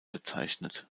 bezeichnet